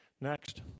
Next